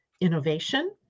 innovation